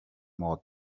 more